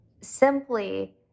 simply